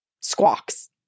squawks